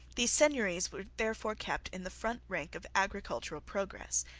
these seigneuries were therefore kept in the front rank of agricultural progress,